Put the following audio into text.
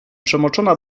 przemoczona